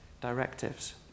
directives